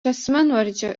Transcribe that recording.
asmenvardžio